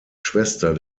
schwester